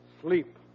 Sleep